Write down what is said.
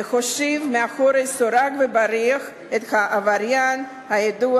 להושיב מאחורי סורג ובריח את העבריין הידוע